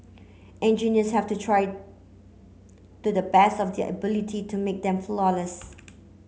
engineers have to try to the best of their ability to make them flawless